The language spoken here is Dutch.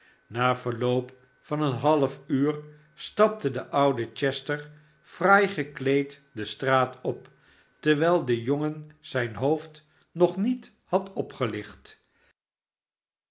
na verloop van een half uur stapte de oude chester fraai gekleed de straat op terwijl de jongen zijn hoofd nog niet had opgehcht